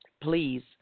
please